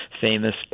famous